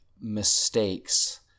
mistakes